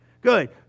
Good